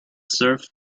serve